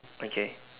okay